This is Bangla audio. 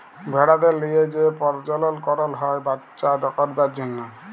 ভেড়াদের লিয়ে যে পরজলল করল হ্যয় বাচ্চা করবার জনহ